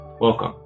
Welcome